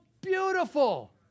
beautiful